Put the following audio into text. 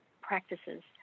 practices